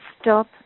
stop